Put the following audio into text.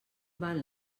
van